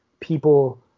people